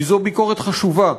כי זו ביקורת חשובה,